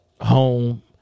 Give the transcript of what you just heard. home